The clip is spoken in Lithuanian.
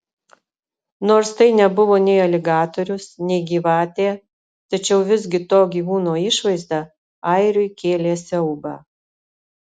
nors tai nebuvo nei aligatorius nei gyvatė tačiau visgi to gyvūno išvaizda airiui kėlė siaubą